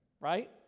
right